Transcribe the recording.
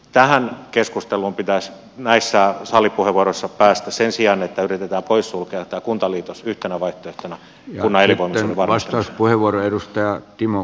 tähän keskusteluun pitäisi näissä salipuheenvuoroissa päästä sen sijaan että yritetään poissulkea tämä kuntaliitos yhtenä vaihtoehtona kunnan elinvoimaisuuden varmistamiseksi